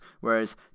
Whereas